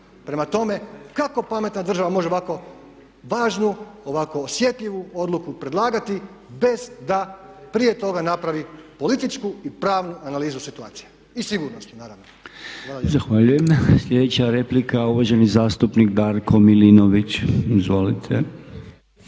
Prema tome, kako pametna država može ovako važnu, ovako osjetljivu odluku predlagati bez da prije toga napravi političku i pravnu analizu situacija i sigurnosnih naravno. Hvala lijepo. **Podolnjak, Robert (MOST)** Zahvaljujem. Sljedeća replika je uvaženi zastupnik Darko Milinović. Izvolite.